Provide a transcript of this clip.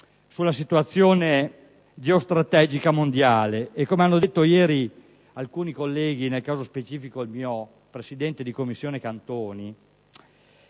sulla situazione geostrategica mondiale e, come hanno detto ieri alcuni colleghi, nel caso specifico il presidente Cantoni,